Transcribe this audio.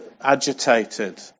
agitated